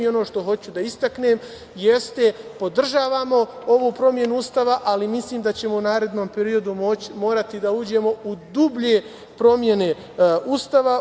Ono što hoću da istaknem jeste – podržavamo ovu promenu Ustava, ali mislim da ćemo u narednom periodu morati da uđemo u dublje promene Ustava.